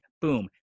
boom